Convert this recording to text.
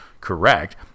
correct